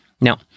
Now